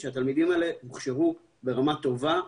שהתלמידים האלה הוכשרו ברמה טובה,